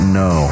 no